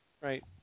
Right